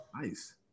Nice